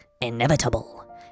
inevitable